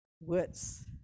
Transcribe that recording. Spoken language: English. words